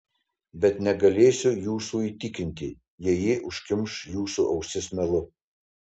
bet negalėsiu jūsų įtikinti jei ji užkimš jūsų ausis melu